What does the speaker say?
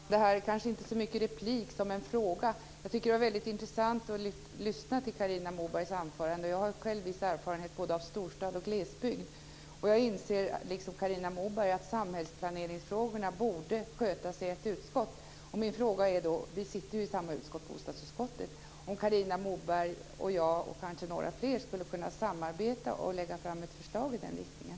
Fru talman! Det här är kanske inte så mycket en replik som en fråga. Jag tyckte att det var väldigt intressant att lyssna till Carina Mobergs anförande. Jag har själv vissa erfarenheter av både storstad och glesbygd. Jag inser liksom Carina Moberg att samhällsplaneringsfrågorna borde skötas i ett utskott. Vi sitter i samma utskott, bostadsutskottet. Min fråga är: Skulle Carina Moberg, jag och kanske några fler kunna samarbeta och lägga fram ett förslag i den riktningen?